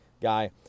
guy